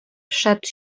przed